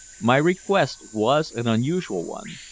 my request was an unusual one.